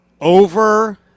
over